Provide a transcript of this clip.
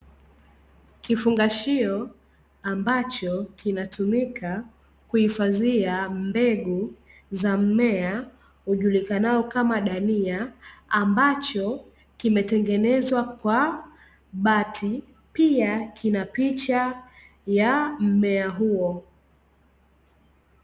Kifungashio ambacho kinatumika kuhifadhia mbegu za mmea, ujulikanao Kama dania ambacho kimetengenezwa kwa bati pia kina picha ya mmea huo.